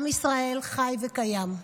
עם ישראל חי וקיים.